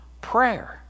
prayer